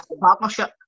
partnership